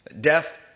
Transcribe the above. Death